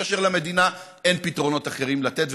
כאשר למדינה אין פתרונות אחרים לתת,